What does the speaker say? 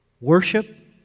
Worship